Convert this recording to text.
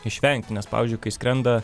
išvengti nes pavyzdžiui kai skrenda